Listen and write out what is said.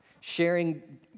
sharing